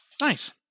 Nice